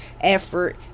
effort